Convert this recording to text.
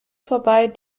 vorbei